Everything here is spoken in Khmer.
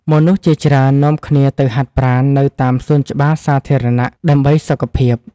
មនុស្សជាច្រើននាំគ្នាទៅហាត់ប្រាណនៅតាមសួនច្បារសាធារណៈ ដើម្បីសុខភាព។